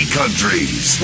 countries